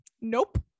Nope